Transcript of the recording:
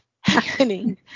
happening